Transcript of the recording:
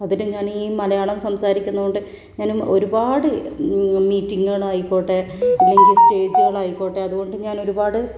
അതിന് ഞാനീ മലയാളം സംസാരിക്കുന്നത് കൊണ്ട് ഞാനും ഒരുപാട് മീറ്റിംഗുകളായിക്കോട്ടെ ഇല്ലെങ്കിൽ സ്റ്റേജുകളായിക്കോട്ടെ അതുകൊണ്ട് ഞാനൊരുപാട്